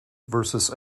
versus